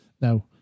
Now